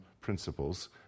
principles